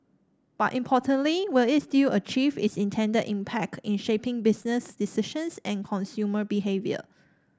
but importantly will it still achieve its intended impact in shaping business decisions and consumer behaviour